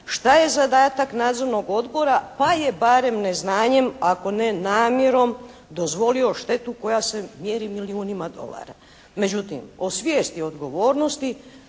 šta je zadatak nadzornog odbora pa je barem neznanjem ako ne namjerom dozvolio štetu koja se mjeri milijunima dolara. Međutim o svijesti odgovornosti